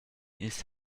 ils